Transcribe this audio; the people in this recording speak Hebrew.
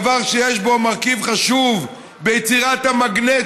דבר שיש בו מרכיב חשוב ביצירת המגנט